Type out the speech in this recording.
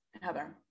Heather